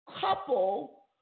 Couple